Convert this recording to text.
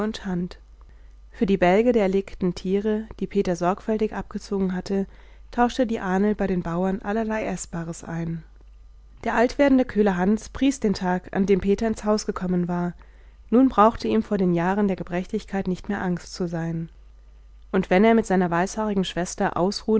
für die bälge der erlegten tiere die peter sorgfältig abgezogen hatte tauschte die ahnl bei den bauern allerlei eßbares ein der altwerdende köhler hans pries den tag an dem peter ins haus gekommen war nun brauchte ihm vor den jahren der gebrechlichkeit nicht mehr angst zu sein und wenn er mit seiner weißhaarigen schwester